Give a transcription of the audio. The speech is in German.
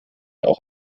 auch